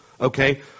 okay